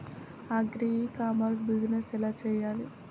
Agri e commerce business ఎలా చెయ్యాలి?